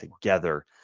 together